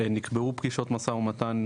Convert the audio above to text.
נקבעו פגישות משא ומתן,